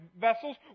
vessels